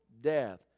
death